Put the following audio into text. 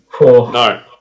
No